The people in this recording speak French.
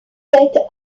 tête